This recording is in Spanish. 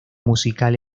musical